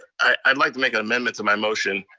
i'd like to make an amendment to my motion,